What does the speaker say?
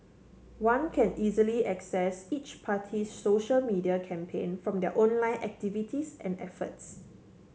one can easily assess each party's social media campaign from their online activities and efforts